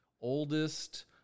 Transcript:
oldest